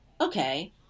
okay